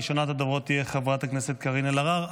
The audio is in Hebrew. ראשונת הדוברות תהיה חברת הכנסת קארין אלהרר.